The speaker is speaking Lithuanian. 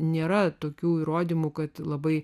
nėra tokių įrodymų kad labai